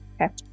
Okay